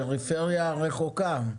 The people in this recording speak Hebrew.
הפריפריה הרחוקה,